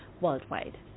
worldwide